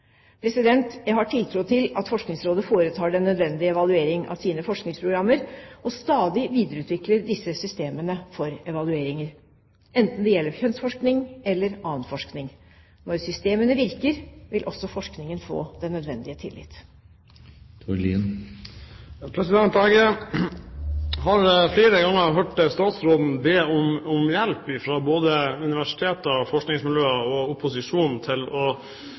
Jeg har tiltro til at Forskningsrådet foretar den nødvendige evaluering av sine forskningsprogrammer og stadig videreutvikler disse systemene for evalueringer, enten det gjelder kjønnsforskning eller annen forskning. Når systemene virker, vil også forskningen få den nødvendige tillit. Jeg har flere ganger hørt statsråden be om hjelp fra universiteter, forskningsmiljøer og opposisjonen til å